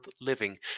living